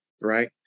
right